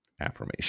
affirmation